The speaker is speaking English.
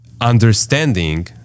understanding